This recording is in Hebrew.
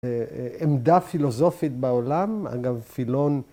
‫עמדה פילוסופית בעולם. ‫אגב, פילון...